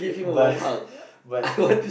but but